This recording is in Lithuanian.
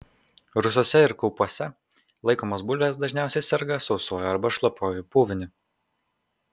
rūsiuose ir kaupuose laikomos bulvės dažniausiai serga sausuoju arba šlapiuoju puviniu